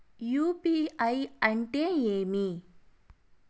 UPI అంటే ఏమి?